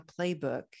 playbook